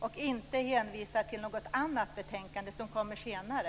och inte hänvisar till något annat betänkande som kommer senare.